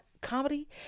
comedy